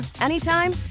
anytime